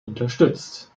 unterstützt